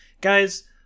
Guys